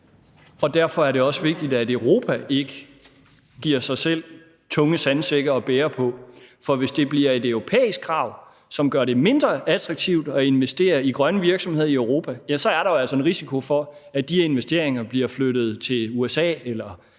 Derfor er det også vigtigt, at Europa ikke giver sig selv tunge sandsække at bære på. For hvis det bliver et europæisk krav, som gør det mindre attraktivt at investere i grønne virksomheder i Europa, er der jo altså en risiko for, at de investeringer bliver flyttet til USA eller